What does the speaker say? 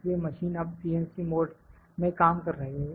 इसलिए मशीन अब CNC mode में काम कर रही है